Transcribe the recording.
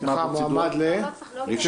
--- אז